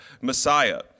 Messiah